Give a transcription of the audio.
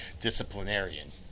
disciplinarian